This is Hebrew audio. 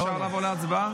אפשר לעבור להצבעה?